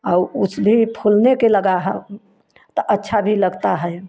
और उस भी फूलने के लगा ह तो अच्छा भी लगता है